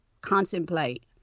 contemplate